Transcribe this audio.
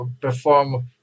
perform